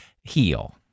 heal